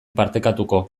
partekatuko